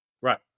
Right